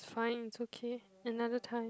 fine it's okay another time